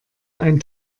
ein